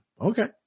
okay